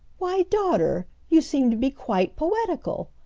why, daughter, you seem to be quite poetical!